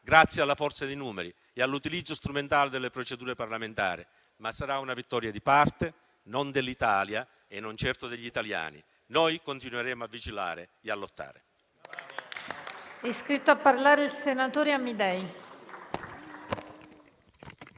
grazie alla forza dei numeri e all'utilizzo strumentale delle procedure parlamentari, ma sarà una vittoria di parte, non dell'Italia e non certo degli italiani. Noi continueremo a vigilare e a lottare.